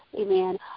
amen